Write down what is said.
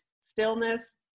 stillness